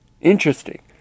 Interesting